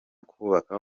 kubaka